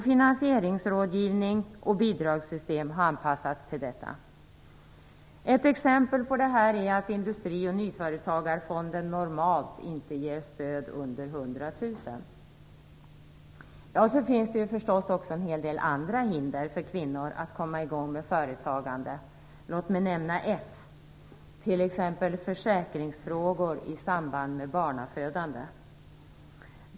Finansieringsrådgivning och bidragssystem har anpassats till detta. Ett exempel är att Industri och nyföretagarfonden normalt inte ger stöd på mindre än 100 000 kr. Det finns förstås också en hel del andra hinder för kvinnor för att komma i gång med företagande. Låt mig nämna ett: försäkringsfrågor i samband med barnafödande.